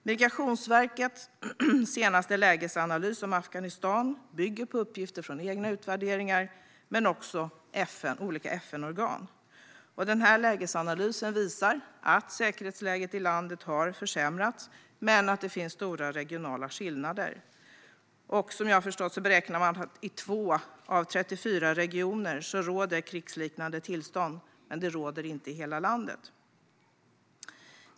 Migrationsverkets senaste lägesanalys om Afghanistan bygger på uppgifter från egna utvärderingar men också på olika FN-organs analyser. Lägesanalysen visar att säkerhetsläget i landet har försämrats men att det finns stora regionala skillnader. Som jag har förstått råder det i två av 34 regioner krigsliknande tillstånd, men det råder inte i hela landet.